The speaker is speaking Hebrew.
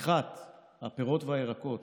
הפירות והירקות